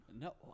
No